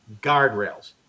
guardrails